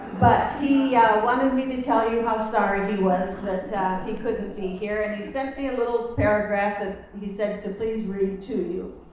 but he wanted me to tell you how sorry he was that he couldn't be here. and he sent me a little paragraph that he said to please read to you.